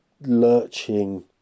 lurching